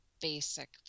basic